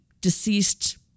deceased